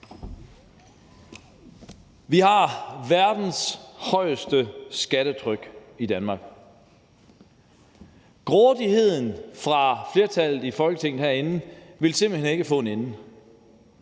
Vi har verdens højeste skattetryk i Danmark. Grådigheden hos flertallet i Folketinget herinde vil simpelt hen ingen ende